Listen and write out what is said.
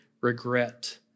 regret